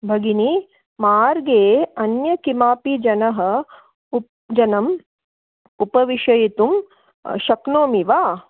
भगिनि मार्गे अन्यकमपि जनः जनम् उपवेशयितुं शक्नोमि वा